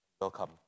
welcome